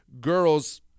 girls